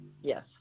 Yes